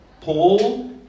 Paul